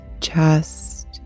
chest